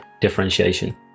differentiation